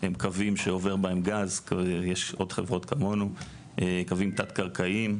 הם קווים שעובר בהם גז ויש עוד חברות כמונו של קווים תת קרקעיים.